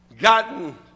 Gotten